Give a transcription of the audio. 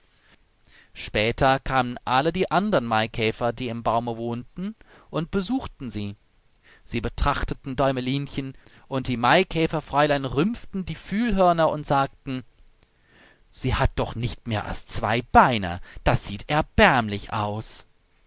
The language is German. später kamen alle die andern maikäfer die im baume wohnten und besuchten sie sie betrachteten däumelinchen und die maikäferfräulein rümpften die fühlhörner und sagten sie hat doch nicht mehr als zwei beine das sieht erbärmlich aus